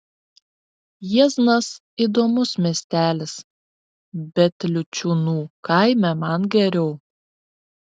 jieznas įdomus miestelis bet liučiūnų kaime man geriau